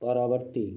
ପରବର୍ତ୍ତୀ